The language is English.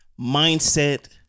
mindset